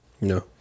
No